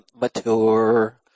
mature